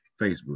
Facebook